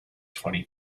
twenty